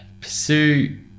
pursue